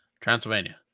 Transylvania